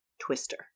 twister